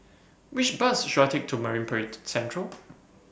Which Bus should I Take to Marine Parade Central